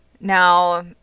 now